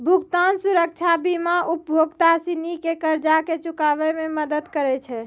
भुगतान सुरक्षा बीमा उपभोक्ता सिनी के कर्जा के चुकाबै मे मदद करै छै